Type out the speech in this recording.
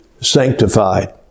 sanctified